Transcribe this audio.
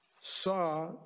saw